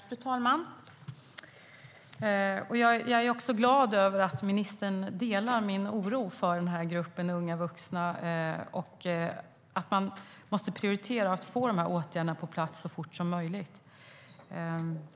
Fru talman! Jag är glad över att ministern delar min oro för den här gruppen unga vuxna och att man måste prioritera att få åtgärder på plats så fort som möjligt.